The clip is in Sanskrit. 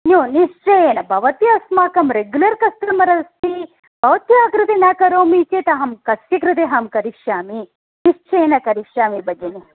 यो निश्चयेन भवती आस्माकं रेग्युलर् कस्टमर् अस्ति भवत्याः कृते न करोमि चेत् अहं कस्य कृते अहं करिष्यामि निश्चयेन करिष्यामि भगिनि